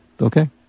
okay